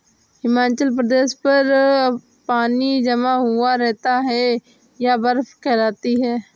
हिमालय पर्वत पर पानी जमा हुआ रहता है यह बर्फ कहलाती है